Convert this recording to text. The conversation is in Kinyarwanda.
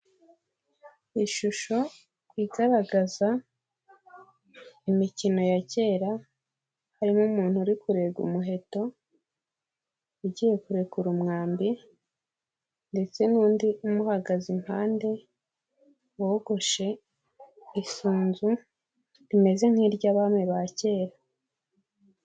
Ishusho igaragaza imikino ya kera, harimo umuntu uri kurega umuheto, ugiye kurekura umwambi, ndetse n'undi umuhagaze ihande wogoshe isunzu, rimeze nk'iry'Abami ba kera.